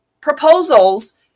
proposals